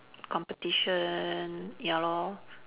competition ya lor